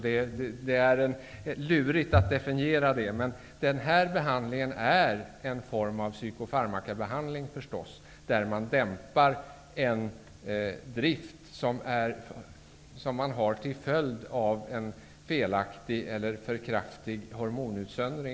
Det är svårt att definiera det begreppet. Denna behandling är en form av psykofarmakabehandling där man dämpar en drift som man har till följd av en felaktig eller för kraftig hormonutsöndring.